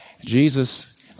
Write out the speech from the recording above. Jesus